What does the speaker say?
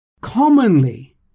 commonly